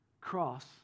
cross